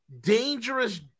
dangerous